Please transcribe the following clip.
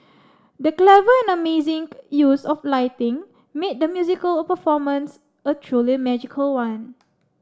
the clever and amazing use of lighting made the musical performance a truly magical one